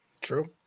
True